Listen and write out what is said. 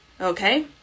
Okay